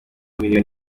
miliyoni